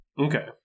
Okay